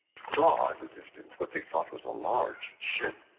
saw in the distance what they thought was a large ship.